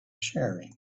sharing